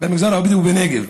במגזר הבדואי בנגב.